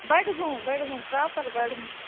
Budgam Budgam proper Budgam